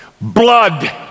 blood